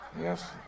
Yes